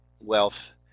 wealth